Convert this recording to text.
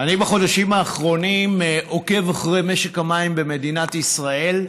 בחודשים האחרונים אני עוקב אחרי משק המים במדינת ישראל.